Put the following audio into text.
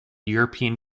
european